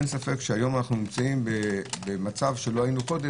היום אנו במצב שלא היינו קודם,